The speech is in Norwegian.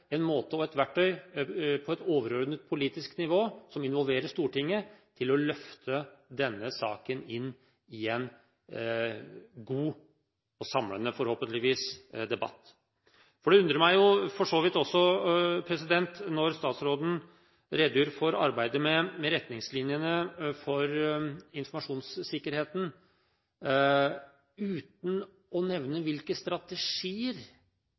en måte og et verktøy på et overordnet politisk nivå som involverer Stortinget, for å løfte denne saken inn i en god og forhåpentligvis samlende debatt. Det undrer meg for så vidt også at statsråden redegjør for arbeidet med retningslinjene for informasjonssikkerheten uten å nevne hvilke strategier